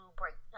break